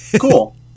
Cool